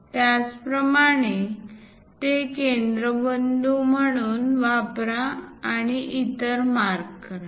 त्याचप्रमाणे ते केंद्रबिंदू म्हणून वापरा आणि इतर मार्क करा